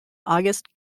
auguste